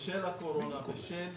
בשל הקורונה, בשל